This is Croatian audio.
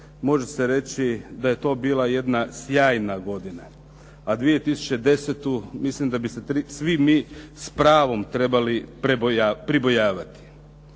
može se reći da je to bila jedna sjajna godina a 2010. mislim da bi se svi mi s pravom trebali pribojavati.